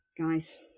guys